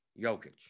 Jokic